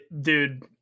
dude